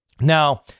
Now